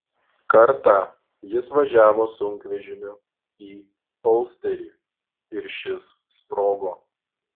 kartą jis važiavo sunkvežimiu į olsterį ir šis sprogo